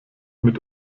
mit